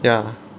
ya